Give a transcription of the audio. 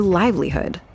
livelihood